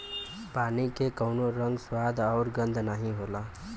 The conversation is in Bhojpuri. पानी के कउनो रंग, स्वाद आउर गंध नाहीं होला